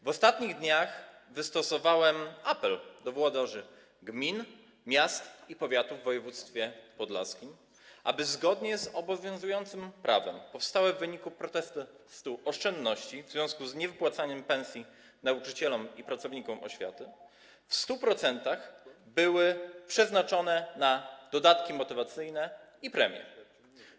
W ostatnich dniach wystosowałem apel do włodarzy gmin, miast i powiatów w województwie podlaskim, aby zgodnie z obowiązującym prawem powstałe w wyniku protestu oszczędności w związku z niewypłacaniem pensji nauczycielom i pracownikom oświaty w 100% były przeznaczone na dodatki motywacyjne i premie.